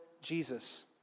Jesus